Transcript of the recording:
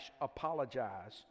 apologize